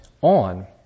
on